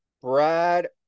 Brad